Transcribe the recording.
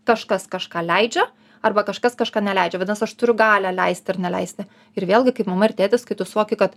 kažkas kažką leidžia arba kažkas kažką neleidžiavadinasi aš turiu galią leisti ar neleisti ir vėlgi kaip mama ar tėtis kai tu suoki kad